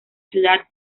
ciudad